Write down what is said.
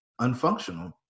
unfunctional